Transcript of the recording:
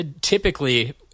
typically